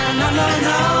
no-no-no